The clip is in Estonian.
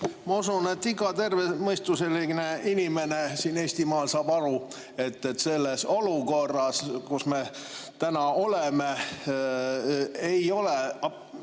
Ma usun, et iga terve mõistusega inimene siin Eestimaal saab aru, et selles olukorras, kus me täna oleme, ei ole